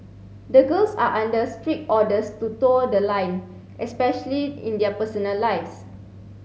the girls are under strict orders to toe the line especially in their personal lives